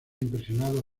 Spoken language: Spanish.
impresionados